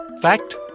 Fact